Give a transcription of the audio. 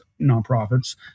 nonprofits